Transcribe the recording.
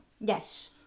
Yes